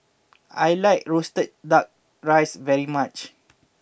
I like Roasted Duck Rice very much